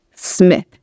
Smith